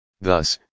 Thus